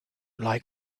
like